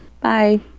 Bye